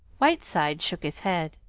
whiteside shook his head.